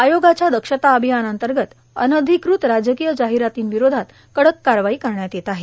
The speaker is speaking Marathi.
आयोगाच्या दक्षता अभियानांतर्गत अनाधिकृत राजकीय जाहिरातींविरोधात कडक कारवाई करण्यात येत आहे